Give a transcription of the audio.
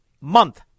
month